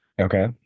Okay